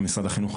גם למשרד החינוך.